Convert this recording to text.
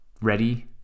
Ready